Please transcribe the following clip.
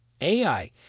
AI